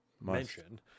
mention